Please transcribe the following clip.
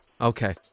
Okay